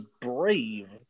brave